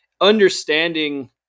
understanding